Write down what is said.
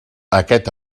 aquest